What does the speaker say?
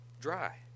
dry